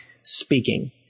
speaking